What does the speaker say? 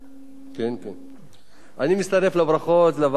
אני מצטרף לברכות לוועדה,